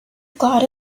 got